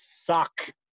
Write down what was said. suck